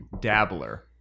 dabbler